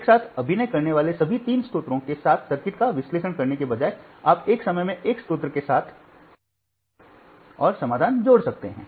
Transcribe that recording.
एक साथ अभिनय करने वाले सभी तीन स्रोतों के साथ सर्किट का विश्लेषण करने के बजाय आप एक समय में एक स्रोत के साथ काम कर रहे हैं और समाधान जोड़ सकते हैं